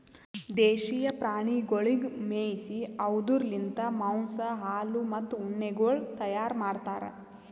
ದೇಶೀಯ ಪ್ರಾಣಿಗೊಳಿಗ್ ಮೇಯಿಸಿ ಅವ್ದುರ್ ಲಿಂತ್ ಮಾಂಸ, ಹಾಲು, ಮತ್ತ ಉಣ್ಣೆಗೊಳ್ ತೈಯಾರ್ ಮಾಡ್ತಾರ್